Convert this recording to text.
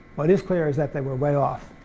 what is clear is that they were way off.